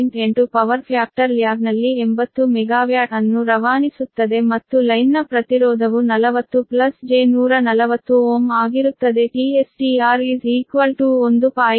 8 power factor ಲ್ಯಾಗ್ನಲ್ಲಿ 80 megawatt ಅನ್ನು ರವಾನಿಸುತ್ತದೆ ಮತ್ತು ಲೈನ್ನ ಪ್ರತಿರೋಧವು 40 j 140Ω ಆಗಿರುತ್ತದೆ tS tR 1